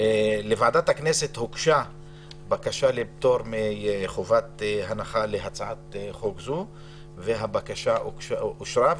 לוועדת הכנסת הוגשה בקשה לפטור מחובת הנחה להצעת חוק זאת והבקשה אושרה.